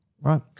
right